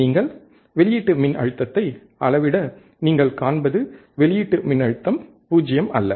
நீங்கள் வெளியீட்டு மின் அழுத்தத்தை அளவிட நீங்கள் காண்பது வெளியீட்டு மின்னழுத்தம் 0 அல்ல